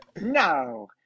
No